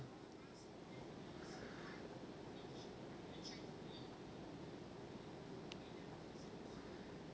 <S